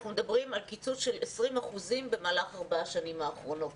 אנחנו מדברים על קיצוץ של 20% במהלך ארבע השנים האחרונות